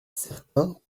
certains